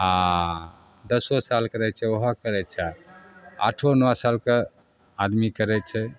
आओर दसो सालके रहै छै ओहो करै छै आठो नओ सालके आदमी करै छै